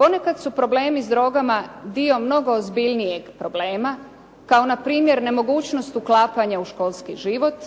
Ponekad su problemi s drogama dio mnogo ozbiljnijeg problema, kao npr. nemogućnost uklapanja u školski život,